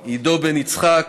היא, עידו בן יצחק,